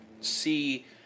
see